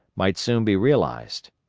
might soon be realized.